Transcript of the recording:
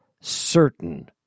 certain